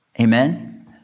Amen